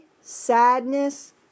sadness